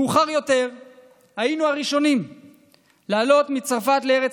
מאוחר יותר היינו הראשונים לעלות מצרפת לארץ